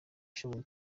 ishoboye